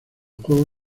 juego